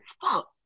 fuck